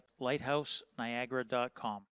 lighthouseniagara.com